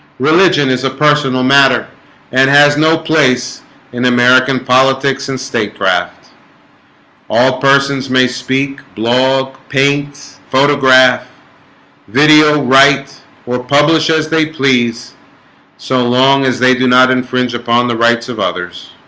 religion is a personal matter and has no place in american politics in statecraft all persons may speak paints photograph video write or publish as they please so long as they do not infringe upon the rights of others